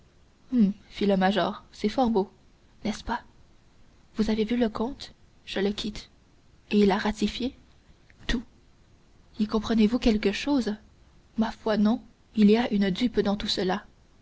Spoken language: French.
fit le major c'est fort beau n'est-ce pas vous avez vu le comte je le quitte et il a ratifié tout y comprenez-vous quelque chose ma foi non il y a une dupe dans tout cela